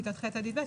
כיתות ח' עד י"ב,